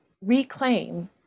reclaim